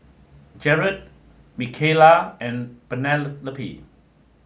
Jaret Micayla and Penelope